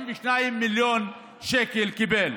42 מיליון שקל קיבל.